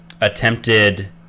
attempted